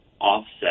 offset